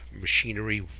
machinery